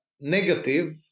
negative